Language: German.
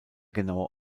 genaue